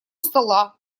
стола